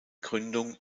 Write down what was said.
gründung